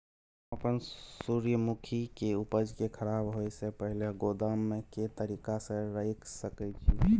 हम अपन सूर्यमुखी के उपज के खराब होयसे पहिले गोदाम में के तरीका से रयख सके छी?